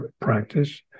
practice